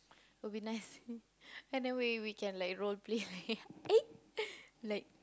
will be nice by the way we can like role play like eh like